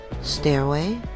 Stairway